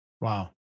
Wow